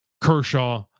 Kershaw